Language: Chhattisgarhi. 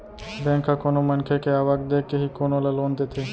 बेंक ह कोनो मनखे के आवक देखके ही कोनो ल लोन देथे